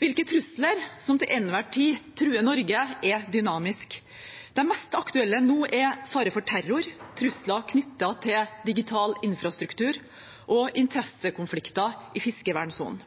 Hvilke trusler som til enhver tid truer Norge, er dynamisk. Det mest aktuelle nå er fare for terror, trusler knyttet til digital infrastruktur og interessekonflikter i fiskevernsonen.